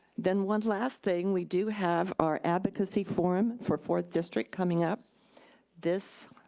then one last thing, we do have our advocacy forum for fourth district coming up this,